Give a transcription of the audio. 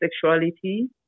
sexuality